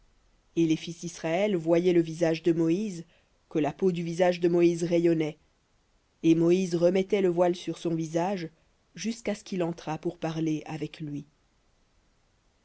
et les fils d'israël voyaient le visage de moïse que la peau du visage de moïse rayonnait et moïse remettait le voile sur son visage jusqu'à ce qu'il entrât pour parler avec lui